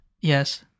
Yes